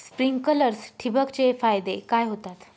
Sprinklers ठिबक चे फायदे काय होतात?